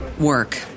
work